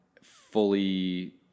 fully